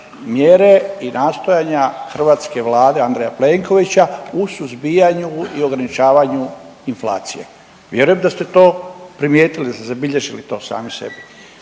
i nastojanja hrvatske Vlade Andreja Plenkovića u suzbijanju i ograničavanju inflacije. Vjerujem da ste to primijetili da ste zabilježili to sami sebi,